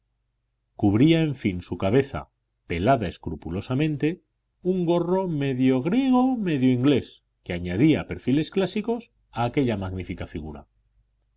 en fin su cabeza pelada escrupulosamente un gorro medio griego medio inglés que añadía perfiles clásicos a aquella magnífica figura